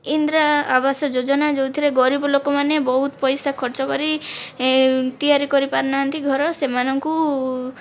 ଇନ୍ଦିରା ଆବାସ ଯୋଜନା ଯେଉଁଥିରେ ଗରିବ ଲୋକମାନେ ବହୁତ ପଇସା ଖର୍ଚ୍ଚ କରି ତିଆରି କରିପାରୁନାହାନ୍ତି ଘର ସେମାନଙ୍କୁ